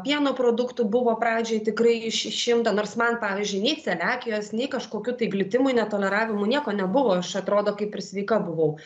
pieno produktų buvo pradžioj tikrai iš išimta nors man pavyzdžiui nei celiakijos nei kažkokių tai glitimui netoleravimų nieko nebuvo aš atrodo kaip ir sveika buvau